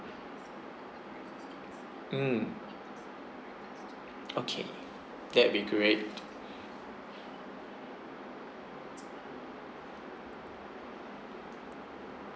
mm okay that will be great